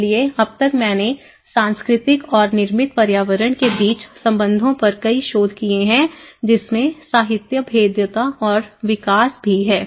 इसलिए अब तक मैंने सांस्कृतिक और निर्मित पर्यावरण के बीच संबंधों पर कई शोध किए हैं जिसमें साहित्य भेद्यता और विकास भी है